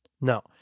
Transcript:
no